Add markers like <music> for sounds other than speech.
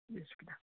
<unintelligible>